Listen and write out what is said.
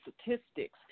statistics